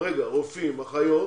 רופאים, אחיות,